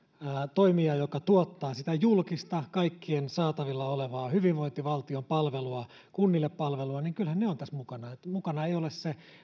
toimija joka tuottaa sitä julkista kaikkien saatavilla olevaa hyvinvointivaltion palvelua kunnille palvelua ovat tässä mukana että mukana ei ole se